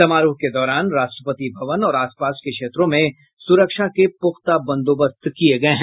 समारोह के दौरान राष्ट्रपति भवन और आसपास के क्षेत्रों में सुरक्षा के पुख्ता बंदोबस्त किये गये हैं